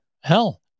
Hell